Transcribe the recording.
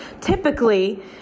Typically